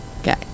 okay